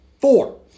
four